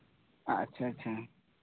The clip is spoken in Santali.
ᱟᱪᱪᱷᱟ ᱟᱪᱪᱷᱟ